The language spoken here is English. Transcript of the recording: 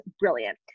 brilliant